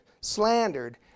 slandered